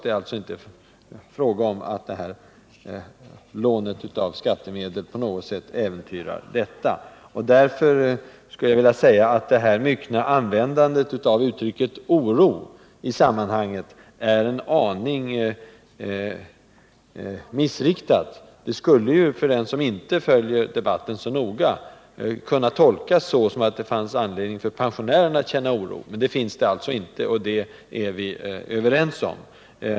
Det är alltså inte fara för att lånet av skattemedel på något sätt skulle äventyra detta. Därför är det myckna användandet av ordet oro i sammanhanget en aning missriktat. Det skulle, för den som inte följer debatten så noga, kunna tolkas som att det finns anledning för pensionärerna att känna oro. Men det finns det alltså inte, och det är vi överens om.